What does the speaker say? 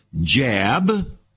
jab